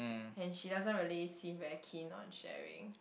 and she doesn't really seem very keen on sharing